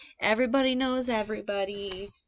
everybody-knows-everybody